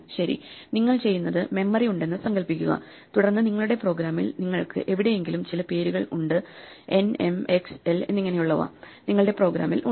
ശരി നിങ്ങൾ ചെയ്യുന്നത് മെമ്മറി ഉണ്ടെന്ന് സങ്കൽപ്പിക്കുക തുടർന്ന് നിങ്ങളുടെ പ്രോഗ്രാമിൽ നിങ്ങൾക്ക് എവിടെയെങ്കിലും ചില പേരുകൾ ഉണ്ട് n m x l എന്നിങ്ങനെയുള്ളവ നിങ്ങളുടെ പ്രോഗ്രാമിൽ ഉണ്ട്